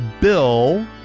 bill